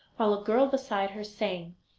while a girl beside her sang.